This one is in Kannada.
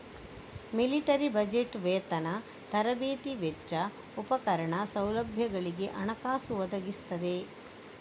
ಮಿಲಿಟರಿ ಬಜೆಟ್ ವೇತನ, ತರಬೇತಿ ವೆಚ್ಚ, ಉಪಕರಣ, ಸೌಲಭ್ಯಗಳಿಗೆ ಹಣಕಾಸು ಒದಗಿಸ್ತದೆ